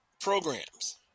programs